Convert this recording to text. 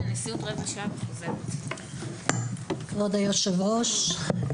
כבוד היושב-ראש,